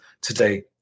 today